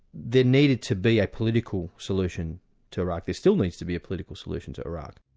there needed to be a political solution to iraq, there still needs to be a political solution to iraq.